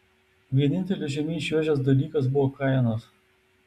vienintelis žemyn čiuožęs dalykas buvo kainos